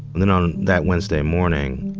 then on that wednesday morning,